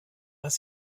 was